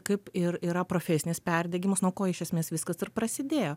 kaip ir yra profesinis perdegimas nuo ko iš esmės viskas ir prasidėjo